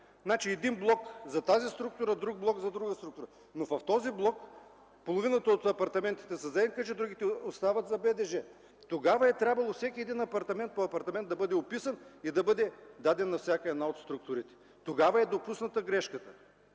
– един блок за тази структура, а друг блок – за друга структура? Но в този блок половината от апартаментите са за НКЖИ, а другите остават за БДЖ. Тогава е трябвало всеки един апартамент, апартамент по апартамент, да бъде описан и даден на всяка една от структурите. Тогава е допусната грешката.